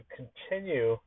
continue